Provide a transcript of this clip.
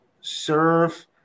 serve